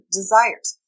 desires